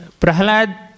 Prahalad